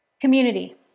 community